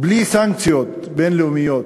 בלי סנקציות בין-לאומיות,